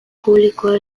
publikoa